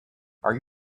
are